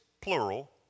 plural